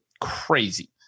crazy